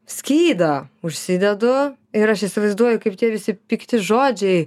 skydą užsidedu ir aš įsivaizduoju kaip tie visi pikti žodžiai